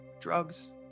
Drugs